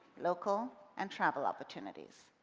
local and travel opportunities.